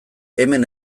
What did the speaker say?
hemen